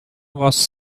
was